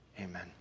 Amen